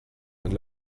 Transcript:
and